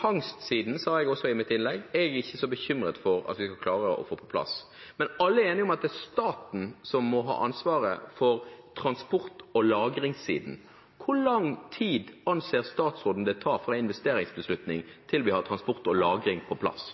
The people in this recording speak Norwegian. Fangstsiden, sa jeg også i mitt innlegg, er jeg ikke så bekymret for om vi kan klare å få på plass, men alle er enige om at det er staten som må ha ansvaret for transport- og lagringssiden. Hvor lang tid anser statsråden at det tar fra investeringsbeslutning til vi har transport og lagring på plass?